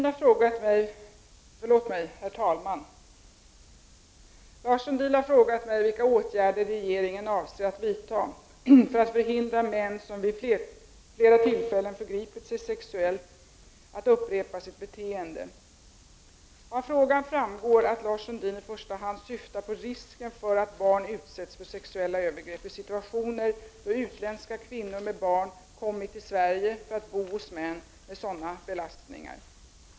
Herr talman! Lars Sundin har frågat mig vilka åtgärder regeringen avser att vidta för att förhindra män som vid flera tillfällen förgripit sig sexuellt att upprepa sitt beteende. Av frågan framgår att Lars Sundin i första hand syftar På risken för att barn utsätts för sexuella övergrepp i situationer då utländska kvinnor med barn kommit till Sverige för att bo hos män med sådan belastning.